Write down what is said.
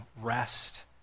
rest